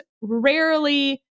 rarely